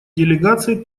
делегации